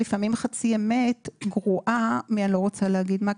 לפעמים חצי אמת גרועה מאני לא רוצה להגיד מה,